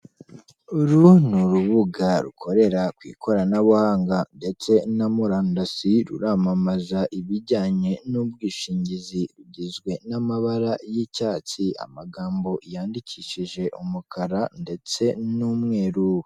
Uru ni urubuga rukorera ku ikoranabuhanga ndetse na murandasi, ruramamaza ibijyanye n'ubwishingizi. Rugizwe n'amabara y'icyatsi, amagambo yandikishije umukara ndetse n'umweru.